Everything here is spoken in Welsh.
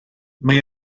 mae